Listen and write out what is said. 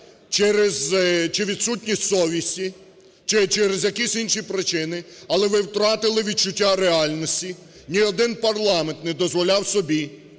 через чи відсутність совісті, чи через якісь інші причини, але ви втратили відчуття реальності. Ні один парламент не дозволяв собі